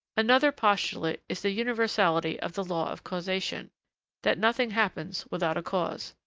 another postulate is the universality of the law of causation that nothing happens without a cause